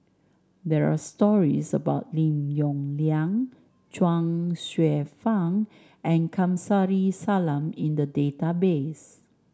there are stories about Lim Yong Liang Chuang Hsueh Fang and Kamsari Salam in the database